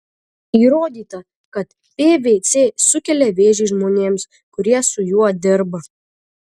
įrodyta kad pvc sukelia vėžį žmonėms kurie su juo dirba